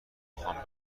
خوام